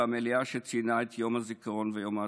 במליאה שציינה את יום הזיכרון ויום העצמאות.